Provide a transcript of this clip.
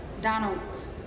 Donalds